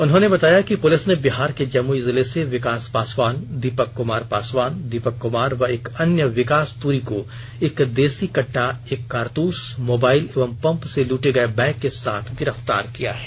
उन्होंने बताया कि पुलिस ने बिहार के जमुई जिला से विकास पासवान दीपक कुमार पासवान दीपक कुमार व एक अन्य विकास तुरी को एक देसी कट्टा एक कारतूस मोबाइल एवं पम्प से लुटे गये बैग के साथ गिरफ्तार किया है